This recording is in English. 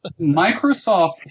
Microsoft